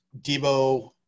Debo